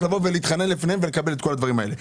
לבוא להתחנן בפניהם כדי לקבל את הדברים האלה.